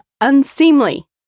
unseemly